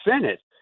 Senate